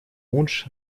бундж